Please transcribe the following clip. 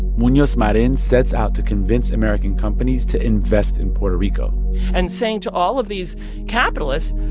munoz marin sets out to convince american companies to invest in puerto rico and saying to all of these capitalists,